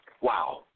Wow